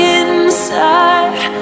inside